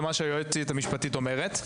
זה מה שהיועצת המשפטית אומרת,